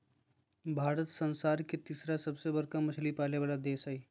भारत संसार के तिसरा सबसे बडका मछली पाले वाला देश हइ